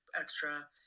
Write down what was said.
extra